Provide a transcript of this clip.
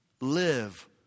live